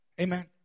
Amen